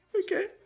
Okay